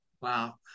Wow